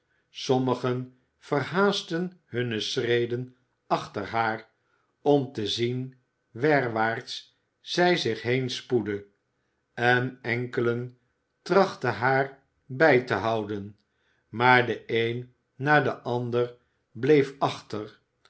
sommigen verhaastten hunne schreden achter haar om te zien werwaarts zij zich heen spoedde en enkelen trachtten haar bij te houden maar de een na de ander bleef achter